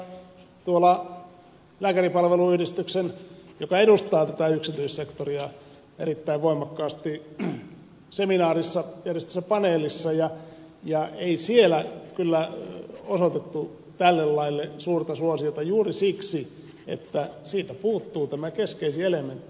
asko seljavaara tuolla lääkäripalveluyhdistyksen joka edustaa tätä yksityissektoria erittäin voimakkaasti seminaarissa järjestetyssä paneelissa ja ei siellä kyllä osoitettu tälle laille suurta suosiota juuri siksi että siitä puuttuu tämä keskeisin elementti